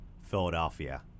philadelphia